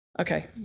okay